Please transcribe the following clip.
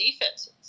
defenses